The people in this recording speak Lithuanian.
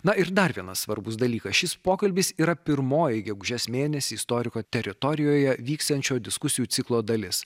na ir dar vienas svarbus dalykas šis pokalbis yra pirmoji gegužės mėnesį istoriko teritorijoje vyksiančio diskusijų ciklo dalis